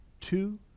two